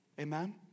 Amen